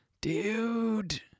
Dude